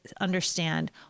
understand